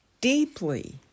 deeply